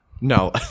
No